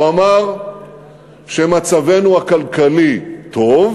הוא אמר שמצבנו הכלכלי טוב,